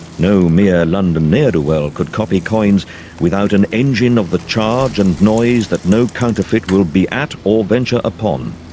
no mere london ne'er-do-well could copy coins without an engine of the charge and noise that no counterfeit will be at or venture upon.